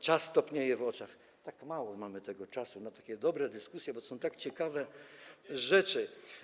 Czas topnieje w oczach, tak mało mamy tego czasu na takie dobre dyskusje, bo to są tak ciekawe rzeczy.